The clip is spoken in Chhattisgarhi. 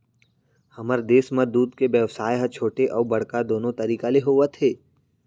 हमर देस म दूद के बेवसाय ह छोटे अउ बड़का दुनो तरीका ले होवत हे